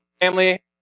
Family